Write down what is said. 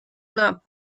not